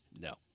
No